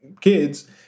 kids